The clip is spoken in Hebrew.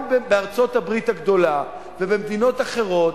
גם בארצות-הברית הגדולה, ובמדינות אחרות,